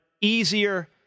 easier